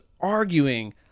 arguing